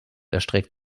erstreckt